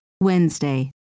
Wednesday